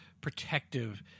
protective